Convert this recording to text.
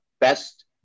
best